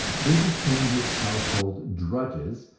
they became his household drudges,